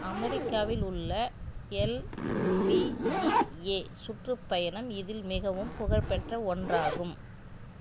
அமெரிக்காவில் உள்ள எல்பிஜிஏ சுற்றுப்பயணம் இதில் மிகவும் புகழ்பெற்ற ஒன்றாகும்